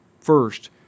First